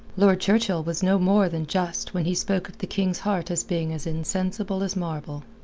lord churchill was no more than just when he spoke of the king's heart as being as insensible as marble.